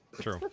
True